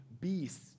beasts